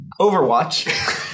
Overwatch